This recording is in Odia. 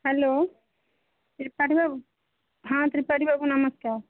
ହ୍ୟାଲୋ ତ୍ରିପାଠୀ ବାବୁ ହଁ ତ୍ରିପାଠୀ ବାବୁ ନମସ୍କାର